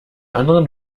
anderen